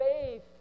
faith